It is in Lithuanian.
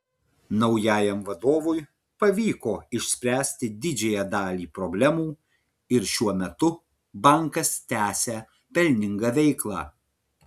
naujajam vadovui pavyko išspręsti didžiąją dalį problemų ir šiuo metu bankas tęsią pelningą veiklą